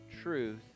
truth